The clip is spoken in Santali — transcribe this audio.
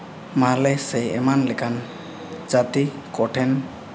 ᱢᱟᱦᱞᱮ ᱥᱮ ᱮᱢᱟᱱ ᱞᱮᱠᱟᱱ ᱡᱟᱹᱛᱤ ᱠᱚᱴᱷᱮᱱ